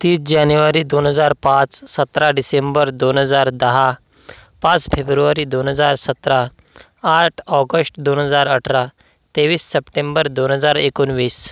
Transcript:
तीस जानेवारी दोन हजार पाच सतरा डिसेंबर दोन हजार दहा पाच फेब्रुवारी दोन हजार सतरा आठ ऑगस्ट दोन हजार अठरा तेवीस सप्टेंबर दोन हजार एकोणवीस